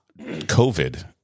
COVID